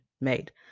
made